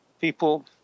people